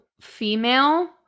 female